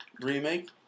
remake